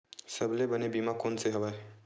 सबले बने बीमा कोन से हवय?